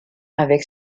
avec